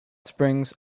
springs